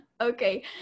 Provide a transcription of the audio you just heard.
Okay